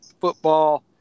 football